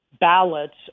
ballots